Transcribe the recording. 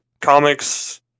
comics